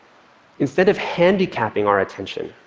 instead of handicapping our attention,